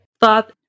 thought